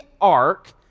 ark